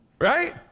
right